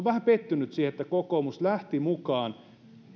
vähän pettynyt siihen että kokoomus lähti mukaan